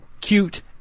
cute